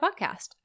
podcast